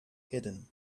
hidden